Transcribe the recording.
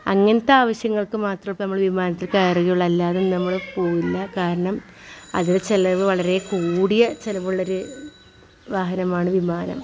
അങ്ങനത്തെ ആവശ്യങ്ങൾക്ക് മാത്രം ഇപ്പം നമ്മൾ വിമാനത്തിൽ കയറുകയുള്ളൂ അല്ലാതെ നമ്മൾ പോകില്ല കാരണം അത് ചിലവ് വളരെ കൂടിയ ചിലവുള്ളൊരു വാഹനമാണ് വിമാനം